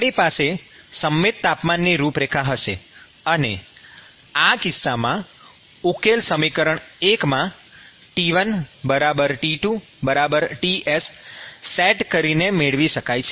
આપણી પાસે સંમિત તાપમાનની રૂપરેખા હશે અને આ કિસ્સામાં ઉકેલ સમીકરણ ૧ માં T1 T2 Ts સેટ કરીને મેળવી શકાય છે